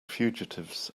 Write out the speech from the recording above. fugitives